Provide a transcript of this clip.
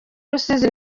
rusizi